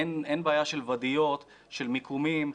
אין בעיה של ואדיות, של מיקומים.